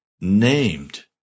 named